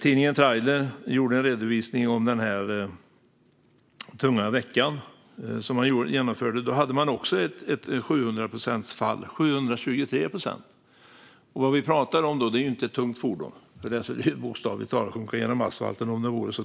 Tidningen Trailer gjorde en redovisning av den här tunga veckan. Då hade man ett 700-procentsfall - 723 procent. Då pratar vi inte om ett tungt fordon, för det skulle bokstavligt talat sjunka genom asfalten om det vore så tungt.